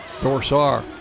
Dorsar